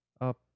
up